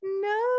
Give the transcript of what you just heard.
no